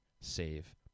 save